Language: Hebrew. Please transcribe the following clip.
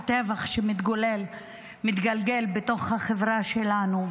על הטבח שמתגלגל בתוך החברה שלנו.